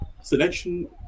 selection